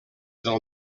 del